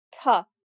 Tough